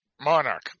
Monarch